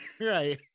right